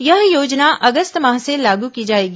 यह योजना अगस्त माह से लागू की जाएगी